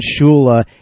Shula